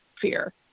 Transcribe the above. fear